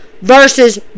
versus